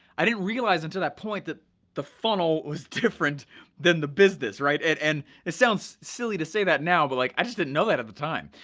i didn't realize, until that point, that the funnel was different than the business. it and it sounds silly to say that now, but like, i just didn't know that at the time.